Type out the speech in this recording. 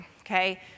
okay